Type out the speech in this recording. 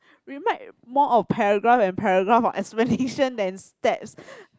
we might more of paragraph and paragraph of explanation than steps